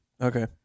okay